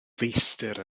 feistr